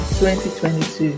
2022